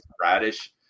Radish